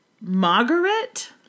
Margaret